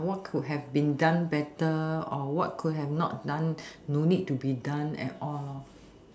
what could have been done better or what could have not done don't need to be done at all lor